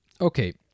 okay